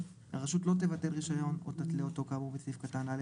7/ד'.הרשות לא תבטל רישיון או תתלה אותו כאמור בסעיף קטן א',